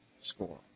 score